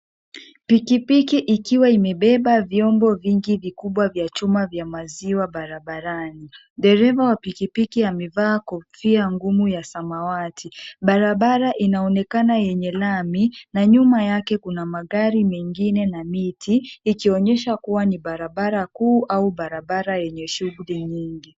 Pikipiki ikiwa imebeba vyombo vingi vikubwa vya chuma vya maziwa barabarani. Dereva wa pikipiki amevaa kofia ngumu ya samawati. Barabara inaonekana yenye lami na nyuma yake kuna magari mengine na miti, ikionyesha kuwa ni barabara kuu au barabara yenye shughuli nyingi.